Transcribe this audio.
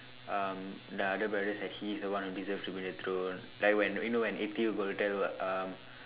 um the other brothers that he is the one who deserve to be in the throne like when you know when Ethi gonna tell what um